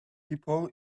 people